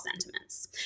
sentiments